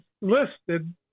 listed